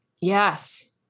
Yes